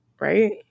right